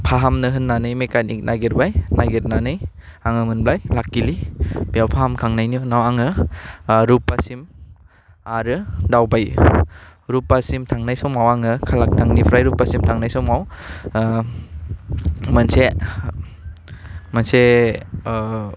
फाहामनो होननानै मेकानिक नागिरबाय नागिरनानै आङो मोनबाय लाकिलि बेयाव फाहामखांनायनि उनाव आङो ओह रुपासिम आरो दावबाय रुपासिम थांनाय समाव आङो कालाकटांनिफ्राय रुपासिम थांनाय समाव ओह मोनसे मोनसे ओह